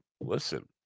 listen